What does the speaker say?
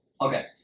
Okay